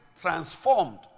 transformed